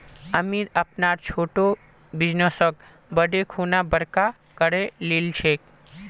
अमित अपनार छोटो बिजनेसक बढ़ैं खुना बड़का करे लिलछेक